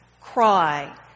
Cry